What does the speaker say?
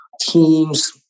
teams